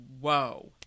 Whoa